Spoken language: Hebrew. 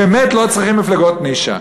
באמת לא צריכים מפלגות נישה.